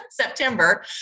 September